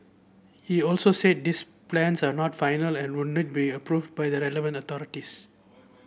he also said these plans are not final and would need be approved by the relevant authorities